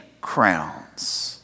crowns